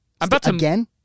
Again